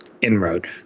inroad